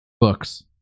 books